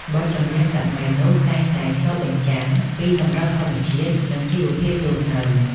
បទចម្រៀងសម័យនោះតែងតែឆ្លុះបញ្ចាំងពីសម្រស់ធម្មជាតិ និងជីវភាពរស់នៅ។